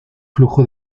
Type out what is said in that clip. flujo